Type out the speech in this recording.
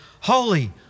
Holy